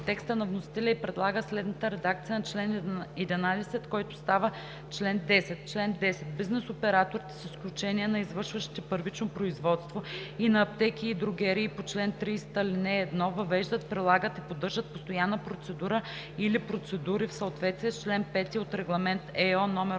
текста на вносителя и предлага следната редакция на чл. 11, който става чл. 10: „Чл. 10. Бизнес операторите, с изключение на извършващите първично производство и на аптеки и дрогерии по чл. 30, ал. 1, въвеждат, прилагат и поддържат постоянна процедура или процедури в съответствие с чл. 5 от Регламент (ЕО)